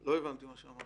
לא הבנתי את מה שאמרת.